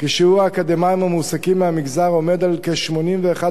כי שיעור האקדמאים המועסקים מהמגזר עומד על כ-81%,